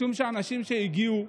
משום שאנשים שהגיעו,